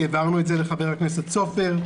העברנו את זה לחבר הכנסת סופר,